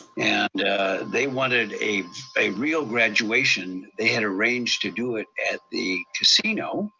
and they wanted a a real graduation. they had arranged to do it at the casino,